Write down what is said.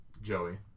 Joey